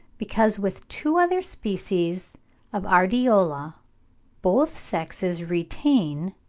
because with two other species of ardeola both sexes retain,